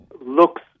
looks